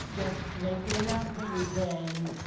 just make the announcement, ukraine,